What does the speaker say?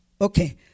okay